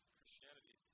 Christianity